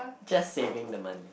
just saving the money